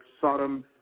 Sodom